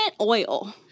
oil